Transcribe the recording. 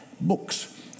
books